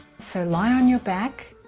so lie on your back